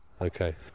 Okay